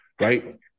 right